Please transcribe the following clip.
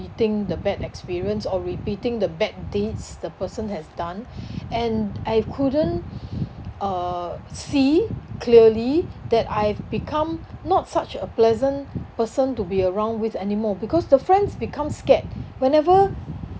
the bad experience or repeating the bad deeds the person has done and I couldn't uh see clearly that I've become not such a pleasant person to be around with anymore because the friends become scared whenever